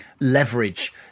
leverage